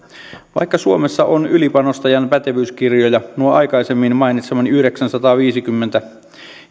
vaikka suomessa on ylipanostajan pätevyyskirjoja nuo aikaisemmin mainitsemani yhdeksänsataaviisikymmentä